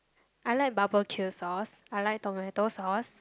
I like barbecue sauce I like tomato sauce